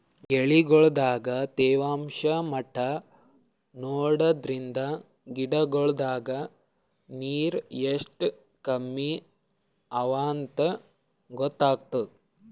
ಎಲಿಗೊಳ್ ದಾಗ ತೇವಾಂಷ್ ಮಟ್ಟಾ ನೋಡದ್ರಿನ್ದ ಗಿಡಗೋಳ್ ದಾಗ ನೀರ್ ಎಷ್ಟ್ ಕಮ್ಮಿ ಅವಾಂತ್ ಗೊತ್ತಾಗ್ತದ